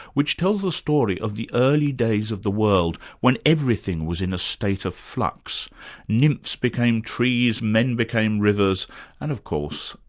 which tells the story of the early days of the world when everything was in a state of flux nymphs became trees, men became rivers and, of course,